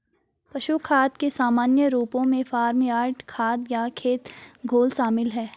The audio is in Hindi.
पशु खाद के सामान्य रूपों में फार्म यार्ड खाद या खेत घोल शामिल हैं